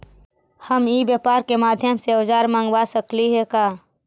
हम ई व्यापार के माध्यम से औजर मँगवा सकली हे का?